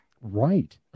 right